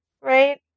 right